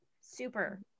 super